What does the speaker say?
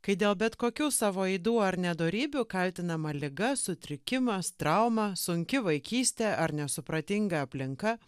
kai dėl bet kokių savo ydų ar nedorybių kaltinama liga sutrikimas trauma sunki vaikystė ar nesupratinga aplinka